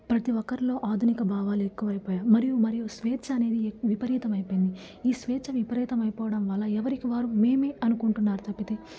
ప్రతి ఒక్కరిలో ఆధునిక భావాలు ఎక్కువైపోయాయి మరియు మరియు స్వేచ్ఛ అనేది ఎక్ విపరీతం అయిపోయింది ఈ స్వేచ్ఛ విపరీతం అయిపోవడం వల్ల ఎవరికి వారు మేమే అనుకుంటున్నారు తప్పితే